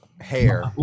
Hair